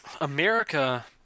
america